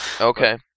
Okay